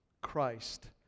Christ